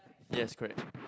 yes correct